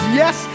yes